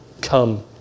come